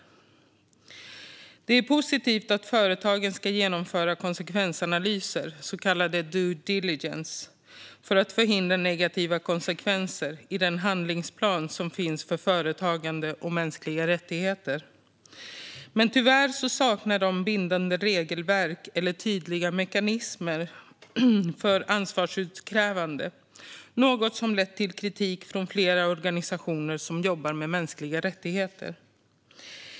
Det är positivt att företagen ska genomföra konsekvensanalyser, så kallad due diligence, för att förhindra negativa konsekvenser i den handlingsplan som finns för företagande och mänskliga rättigheter. Men tyvärr saknar dessa bindande regelverk eller tydliga mekanismer för ansvarsutkrävande, något som lett till kritik från flera organisationer som jobbar med mänskliga rättigheter.